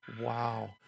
Wow